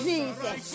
Jesus